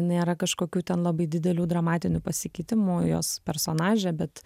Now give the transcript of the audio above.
nėra kažkokių ten labai didelių dramatinių pasikeitimų jos personaže bet